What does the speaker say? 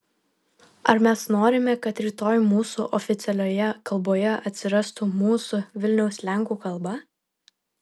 ar mes norime kad rytoj mūsų oficialioje kalboje atsirastų mūsų vilniaus lenkų kalba